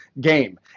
game